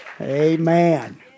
Amen